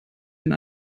den